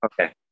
Okay